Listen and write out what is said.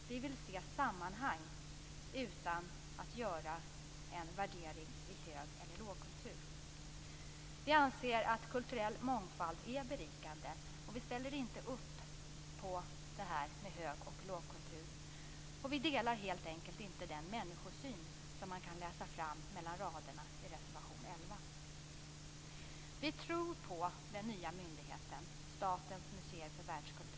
Vi vill se sammanhang utan att göra en värdering i hög eller lågkultur. Vi anser att kulturell mångfald är berikande, och vi ställer inte upp på hög och lågkultur. Vi delar helt enkelt inte den människosyn som man kan läsa fram mellan raderna i reservation 11. Vi tror på den nya myndigheten Statens museer för världskultur.